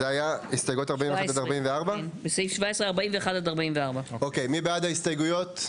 זו הייתה הסתייגות 41-44 לסעיף 17. מי בעד ההסתייגויות?